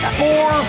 four